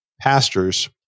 pastors